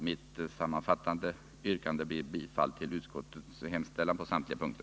Mitt sammanfattande yrkande blir bifall till utskottets hemställan på samtliga punkter.